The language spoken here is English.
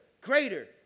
greater